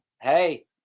Hey